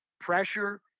pressure